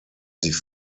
sie